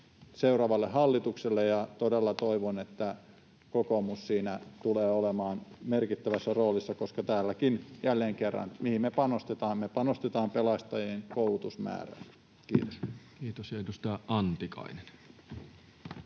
seuraavalle hallitukselle. Todella toivon, että kokoomus tulee olemaan siinä merkittävässä roolissa, koska tässäkin — jälleen kerran: mihin me panostetaan — me panostetaan pelastajien koulutusmäärään. — Kiitos. [Speech 229] Speaker: Toinen